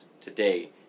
today